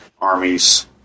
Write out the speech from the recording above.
armies